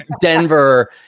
Denver